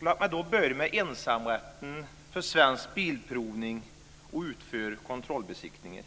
Låt mig börja med ensamrätten för Svensk Bilprovning att utföra kontrollbesiktningar.